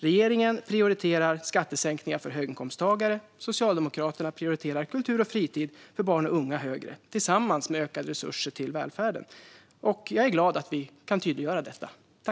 Regeringen prioriterar skattesänkningar för höginkomsttagare, och Socialdemokraterna prioriterar kultur och fritid för barn och unga högre tillsammans med ökade resurser till välfärden. Jag är glad att vi kan tydliggöra detta.